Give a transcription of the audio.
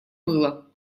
было